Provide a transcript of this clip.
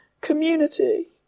community